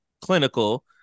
clinical